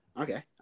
Okay